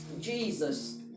Jesus